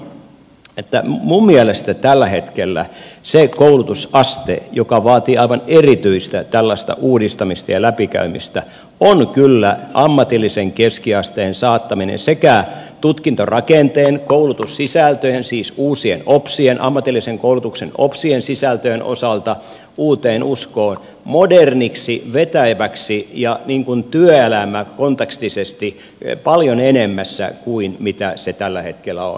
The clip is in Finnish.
minun viestini on että minun mielestäni tällä hetkellä se koulutusaste joka vaatii aivan erityistä uudistamista ja läpikäymistä on kyllä ammatillinen keskiaste sen saattaminen sekä tutkintorakenteen koulutussisältöjen siis uusien opsien ammatillisen koulutuksen opsien sisältöjen osalta uuteen uskoon modernik si vetäväksi ja työelämäkontekstiseksi paljon enemmässä kuin se tällä hetkellä on